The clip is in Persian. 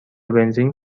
بنزین